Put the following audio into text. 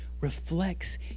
reflects